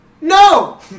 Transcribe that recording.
No